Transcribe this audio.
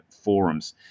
forums